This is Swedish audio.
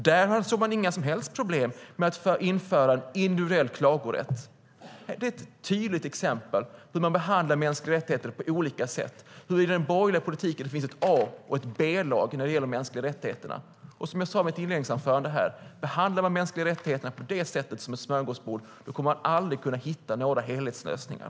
Där såg man inga som helst problem med att införa individuell klagorätt. Det är ett tydligt exempel på hur man behandlar mänskliga rättigheter på olika sätt. I den borgerliga politiken finns det ett A-lag och ett B-lag när det gäller de mänskliga rättigheterna. Som jag sade i mitt inledningsanförande: Behandlar man de mänskliga rättigheterna som ett smörgåsbord kommer man aldrig att kunna hitta några helhetslösningar.